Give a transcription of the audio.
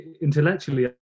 intellectually